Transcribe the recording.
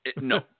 No